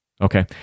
Okay